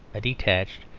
a detached,